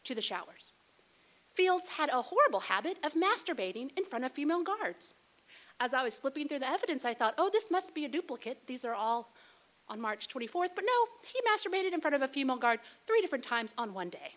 to the showers fields had a horrible habit of masturbating in front of female guards as i was flipping through the evidence i thought oh this must be a duplicate these are all on march twenty fourth but no he masturbated in front of a few more guard three different times on one day